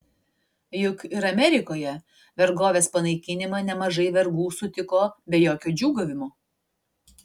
juk ir amerikoje vergovės panaikinimą nemažai vergų sutiko be jokio džiūgavimo